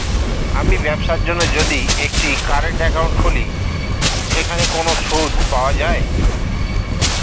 আমি ব্যবসার জন্য যদি একটি কারেন্ট একাউন্ট খুলি সেখানে কোনো সুদ পাওয়া যায়?